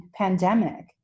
pandemic